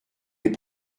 les